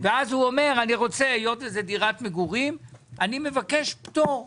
למס שבח דירת מגורים היא רק דירת מגורים